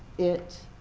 it